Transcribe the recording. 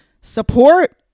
support